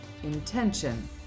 intention